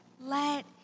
let